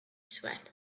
sweat